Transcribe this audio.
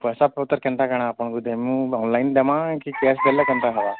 ପଇସା ପତର୍ କେନ୍ତା କାଣ୍ ଆପଣଙ୍କୁ ଦେମୁ ଅନଲାଇନ୍ ଦେମା କି କ୍ୟାସ୍ ଦେଲେ କେନ୍ତା ହେବା